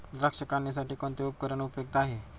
द्राक्ष काढणीसाठी कोणते उपकरण उपयुक्त आहे?